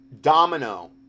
domino